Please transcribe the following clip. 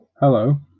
Hello